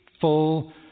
full